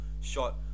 shot